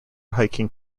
hiking